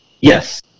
Yes